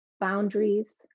boundaries